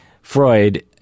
Freud